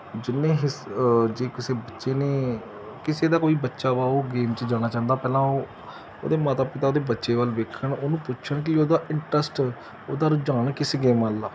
ਜਿੰਨੇ ਹੀ ਸ ਜੇ ਕਿਸੇ ਬੱਚੇ ਨੇ ਕਿਸੇ ਦਾ ਕੋਈ ਬੱਚਾ ਵਾ ਉਹ ਗੇਮ 'ਚ ਜਾਣਾ ਚਾਹੁੰਦਾ ਪਹਿਲਾਂ ਉਹ ਉਹਦੇ ਮਾਤਾ ਪਿਤਾ ਉਹਦੇ ਬੱਚੇ ਵੱਲ ਵੇਖਣ ਉਹਨੂੰ ਪੁੱਛਣ ਕਿ ਉਹਦਾ ਇੰਟਰਸਟ ਉਹਦਾ ਰੁਝਾਨ ਕਿਸ ਗੇਮ ਵੱਲ ਆ